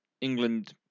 England